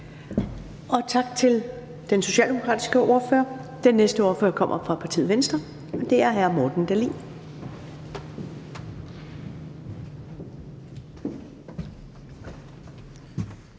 Tak til den socialdemokratiske ordfører. Den næste ordfører kommer fra partiet Venstre, og det er hr. Morten Dahlin.